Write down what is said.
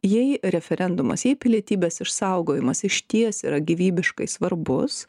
jei referendumas jei pilietybės išsaugojimas išties yra gyvybiškai svarbus